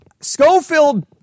Schofield